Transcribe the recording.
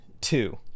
two